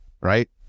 right